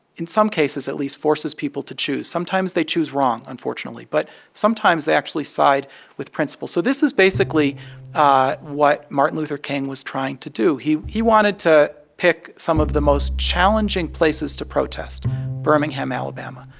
in some cases at least, forces people to choose. sometimes they choose wrong, unfortunately. but sometimes they actually side with principle so this is basically what martin luther king was trying to do. he he wanted to pick some of the most challenging places to protest birmingham, ala, um ah